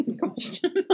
question